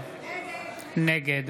נגד